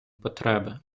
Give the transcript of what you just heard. потреби